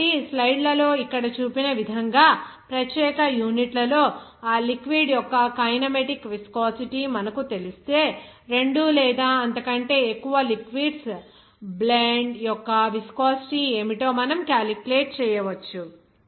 975 కాబట్టి స్లైడ్లలో ఇక్కడ చూపిన విధంగా ప్రత్యేక యూనిట్లలో ఆ లిక్విడ్ యొక్క కైనమాటిక్ విస్కోసిటీ మనకు తెలిస్తే రెండు లేదా అంతకంటే ఎక్కువ లిక్విడ్స్ బ్లెండ్ యొక్క విస్కోసిటీ ఏమిటో మనము క్యాలిక్యులేట్ చేయవచ్చు